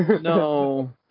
No